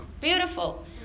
Beautiful